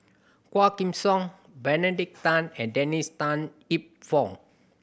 Quah Kim Song Benedict Tan and Dennis Tan Lip Fong